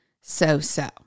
so-so